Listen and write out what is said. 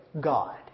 God